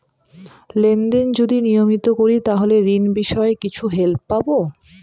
Lane দেন যদি নিয়মিত করি তাহলে ঋণ বিষয়ে কিছু হেল্প পাবো?